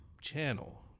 channel